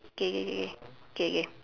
K K K K K K